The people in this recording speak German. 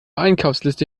einkaufsliste